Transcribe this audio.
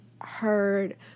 heard